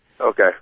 Okay